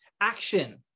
action